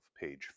page